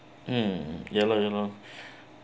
mm ya lor ya lor